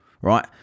right